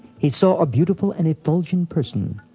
he saw a beautiful and effulgent person,